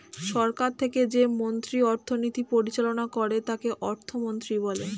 সরকার থেকে যে মন্ত্রী অর্থনীতি পরিচালনা করে তাকে অর্থমন্ত্রী বলে